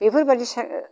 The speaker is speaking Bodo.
बेफोरबायदि सान